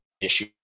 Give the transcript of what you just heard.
issue